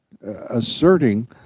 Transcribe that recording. asserting